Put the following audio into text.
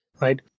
right